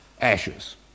ashes